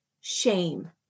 shame